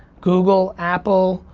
google, apple,